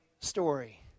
story